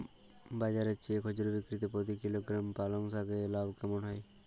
বাজারের চেয়ে খুচরো বিক্রিতে প্রতি কিলোগ্রাম পালং শাকে লাভ কেমন হয়?